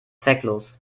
zwecklos